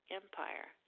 empire